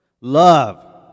Love